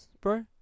bro